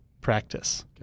practice